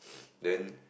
then